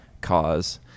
cause